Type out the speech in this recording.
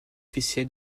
officiel